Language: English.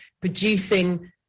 producing